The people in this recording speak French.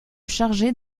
charger